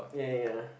ya ya ya